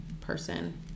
person